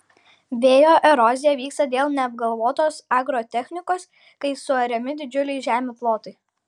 vėjo erozija vyksta dėl neapgalvotos agrotechnikos kai suariami didžiuliai žemių plotai